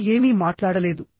అమ్మ ఏమీ మాట్లాడలేదు